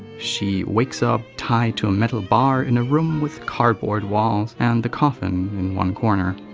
she wakes up tied to a metal bar in a room with cardboard walls and the coffin in one corner.